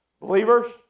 Believers